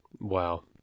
Wow